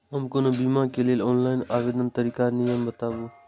हम कोनो बीमा के लिए ऑनलाइन आवेदन करीके नियम बाताबू?